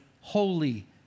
holy